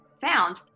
found